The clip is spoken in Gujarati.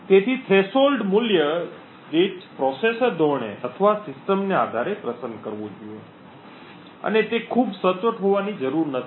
તેથી થ્રેશોલ્ડ મૂલ્ય દીઠ પ્રોસેસર ધોરણે અથવા સિસ્ટમને આધારે પસંદ કરવું જોઈએ અને તે ખૂબ સચોટ હોવાની જરૂર નથી